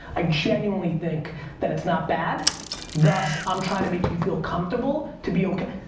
ah genuinely think that it's not bad thus i'm trying to make you feel comfortable to be okay.